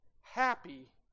happy